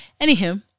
Anywho